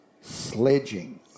sledging